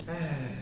!hais!